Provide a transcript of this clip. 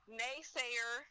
naysayer